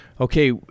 okay